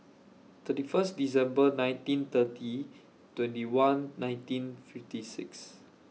thirty First December nineteen thirty twenty one nineteen fifty six